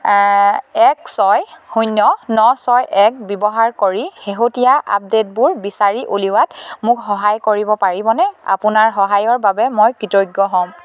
এক ছয় শূন্য ন ছয় এক ব্যৱহাৰ কৰি শেহতীয়া আপডে'টবোৰ বিচাৰি উলিওৱাত মোক সহায় কৰিব পাৰিবনে আপোনাৰ সহায়ৰ বাবে মই কৃতজ্ঞ হ'ম